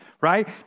right